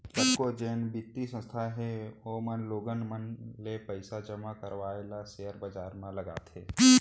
कतको जेन बित्तीय संस्था हे ओमन लोगन मन ले पइसा जमा करवाय ल सेयर बजार म लगाथे